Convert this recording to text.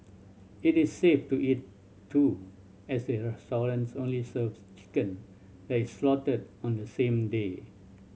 it is safe to eat too as the restaurants only serves chicken that is slaughtered on the same day